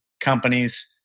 companies